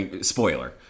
Spoiler